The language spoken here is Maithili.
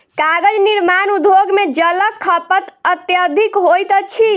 कागज निर्माण उद्योग मे जलक खपत अत्यधिक होइत अछि